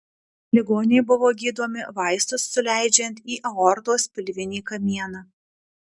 ligoniai buvo gydomi vaistus suleidžiant į aortos pilvinį kamieną